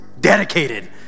dedicated